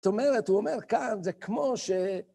זאת אומרת, הוא אומר, כאן זה כמו ש...